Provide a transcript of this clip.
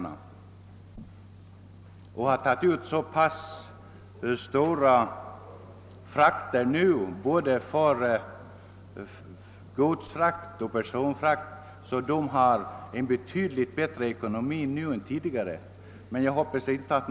Detta bolag har nu tagit ut så pass höga avgifter för både godsfrakt och personfrakt att det har en betydligt bättre ekonomi än tidigare tack vare monopolet.